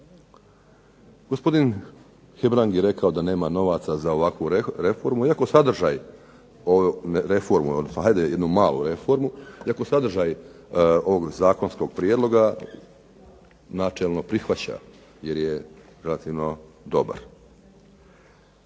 …/Ne razumije./… hajde jednu malu reformu, iako sadržaj ovog zakonskog prijedloga načelno prihvaća, jer je relativno dobar.